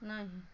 नहि